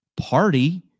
Party